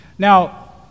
Now